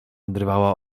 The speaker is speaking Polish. odrywała